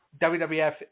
WWF